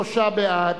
בעד,